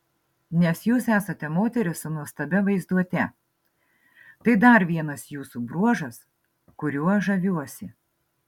nes jūs esate moteris su nuostabia vaizduote tai dar vienas jūsų bruožas kuriuo žaviuosi